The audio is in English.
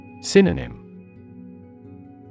Synonym